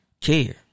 care